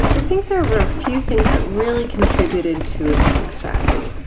i think there were a few things that really contributed to its success.